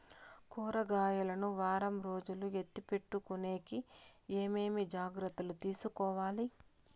కూరగాయలు ను వారం రోజులు ఎత్తిపెట్టుకునేకి ఏమేమి జాగ్రత్తలు తీసుకొవాలి?